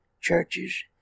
churches